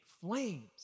flames